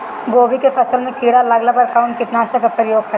गोभी के फसल मे किड़ा लागला पर कउन कीटनाशक का प्रयोग करे?